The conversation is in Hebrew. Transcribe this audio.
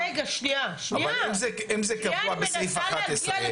אם זה קבוע בסעיף 11,